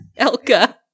Elka